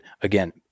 Again